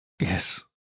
Yes